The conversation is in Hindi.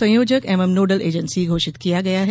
संयोजक एवं नोडल एजेंसी घोषित किया गया है